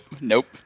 nope